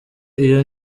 iyo